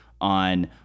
on